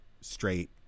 straight